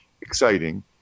exciting